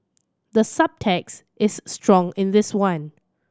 the subtext is strong in this one